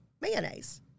mayonnaise